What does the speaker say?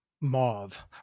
mauve